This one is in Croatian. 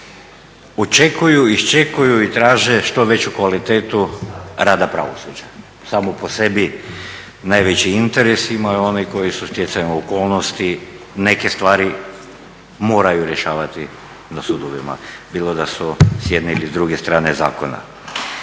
očekuju, iščekuju i traže što veću kvalitetu rada pravosuđa. Samo po sebi najveći interes imaju oni koji su stjecajem okolnosti neke stvari morali rješavati na sudovima, bilo da su s jedne ili druge strane zakona.